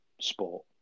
sport